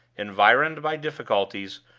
environed by difficulties,